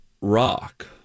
rock